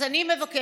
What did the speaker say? אז אני מבקשת,